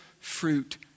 fruit